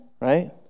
right